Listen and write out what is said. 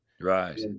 Right